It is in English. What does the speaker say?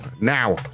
Now